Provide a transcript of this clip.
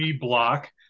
block